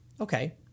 Okay